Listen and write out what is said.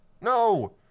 No